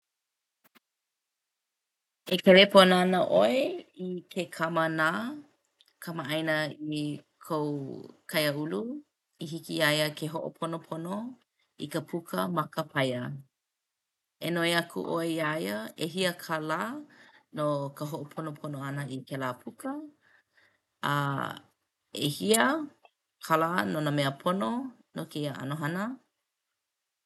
E kelepona ana ʻoe i ke kamanā kamaʻaina i kou kaiāulu i hiki iā ia ke hoʻoponopono i ka puka ma ka paia. E noi aku ʻoe iā ia ʻehia kālā no ka hoʻoponopono ʻana i kēlā puka a ʻehia kālā no nā mea pono no kēia ʻano hana.